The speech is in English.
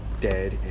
dead